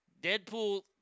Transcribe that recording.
Deadpool